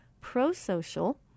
pro-social